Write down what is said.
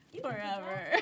Forever